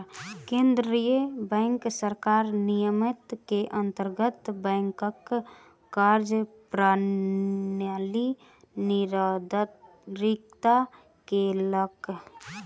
केंद्रीय बैंक सरकार विनियम के अंतर्गत बैंकक कार्य प्रणाली निर्धारित केलक